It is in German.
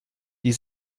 die